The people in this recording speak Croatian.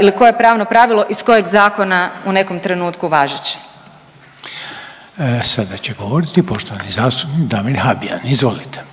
ili koje je pravno pravilo iz kojeg zakona u nekom trenutku važeće. **Reiner, Željko (HDZ)** Sada će govoriti poštovani zastupnik Damir Habijan, izvolite.